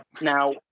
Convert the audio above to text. now